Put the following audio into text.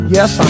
Yes